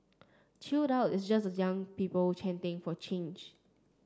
chill out it's just the young people chanting for change